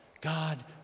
God